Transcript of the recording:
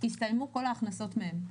הסתיימו כל ההכנסות מהם,